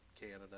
Canada